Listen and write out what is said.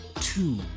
Two